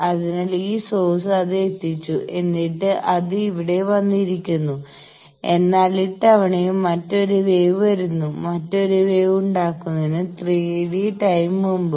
അതിനാൽ ഈ സോഴ്സ് അത് എത്തിച്ചു എന്നിട്ട് അത് ഇവിടെ വന്നിരിക്കുന്നു എന്നാൽ ഇത്തവണയും മറ്റൊരു വേവ് വരുന്നു മറ്റൊരു വേവ് ഉണ്ടാകുന്നതിന് 3 Td ടൈം മുമ്പ്